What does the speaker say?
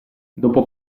dopo